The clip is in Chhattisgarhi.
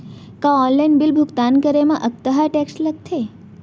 का ऑनलाइन बिल भुगतान करे मा अक्तहा टेक्स लगथे?